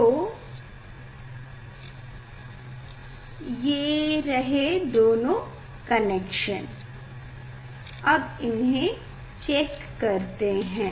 तो ये रहे दोनों कनेक्शन अब इन्हे चेक करते हैं